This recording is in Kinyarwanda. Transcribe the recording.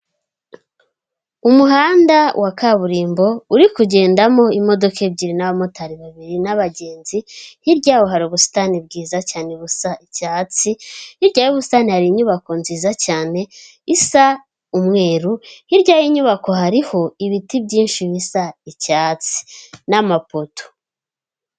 Umuhanda wa kaburimbo uri kugendamo imodoka ebyiri n'abamotari babiri n'abagenzi, hirya yaho hari ubusitani bwiza cyane busa icyatsi, hirya y'ubusitani hari inyubako nziza cyane isa umweru, hirya y'inyubako hariho ibiti byinshi bisa icyatsi n'amapoto.